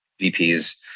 VPs